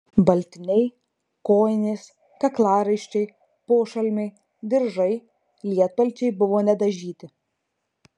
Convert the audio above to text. baltiniai kojinės kaklaraiščiai pošalmiai diržai lietpalčiai buvo nedažyti